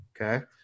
Okay